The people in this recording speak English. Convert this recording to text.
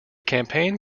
campaign